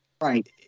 right